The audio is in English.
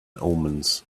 omens